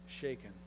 shaken